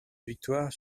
victoire